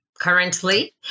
currently